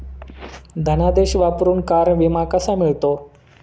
धनादेश वापरून कार विमा कसा मिळतो?